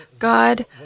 God